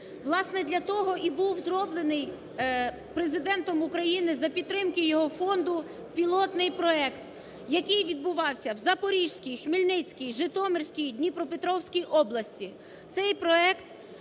Власне, для того і був зроблений Президентом України, за підтримки його фонду, пілотний проект, який відбувався в Запорізькій, Хмельницькій, Житомирській і Дніпропетровській області.